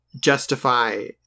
justify